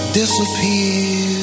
disappear